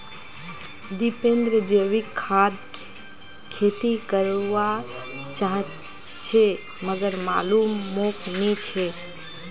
दीपेंद्र जैविक खाद खेती कर वा चहाचे मगर मालूम मोक नी छे